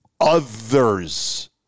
others